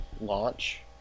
launch